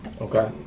Okay